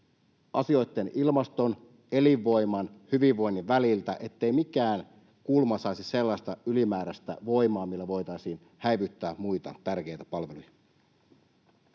asioitten, ilmaston, elinvoiman, hyvinvoinnin väliltä, ettei mikään kulma saisi sellaista ylimääräistä voimaa, millä voitaisiin häivyttää muita tärkeitä palveluja.